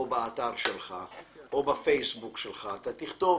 או באתר שלך, או בפייסבוק שלך, תכתוב: